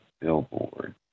Billboard